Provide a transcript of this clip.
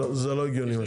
לא הגיוני מה שקורה פה.